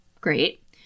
Great